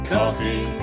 Coffee